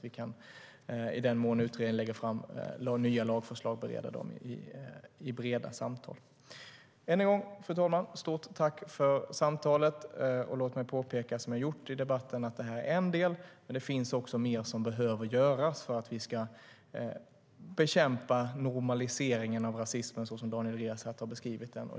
I den mån utredningen lägger fram nya lagförslag kan vi då bereda dem i breda samtal. Än en gång, fru talman, ett stort tack för samtalet! Låt mig åter påpeka att det här bara är en del. Det finns mer som behöver göras för att vi ska bekämpa normaliseringen av rasismen som Daniel Riazat beskrivit den.